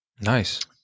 Nice